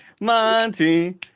Monty